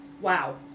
Wow